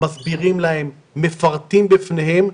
אנחנו מסבירים להם ומפרטים בפניהם,